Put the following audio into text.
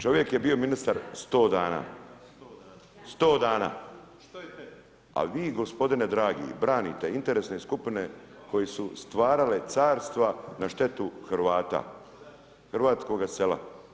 Čovjek je bio ministar 100 dana, a vi gospodine dragi branite interesne skupine koje su stvarale carstva na štetu Hrvata, hrvatskoga sela.